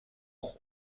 ans